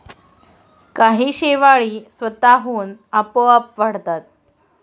काही शेवाळी स्वतःहून आपोआप वाढतात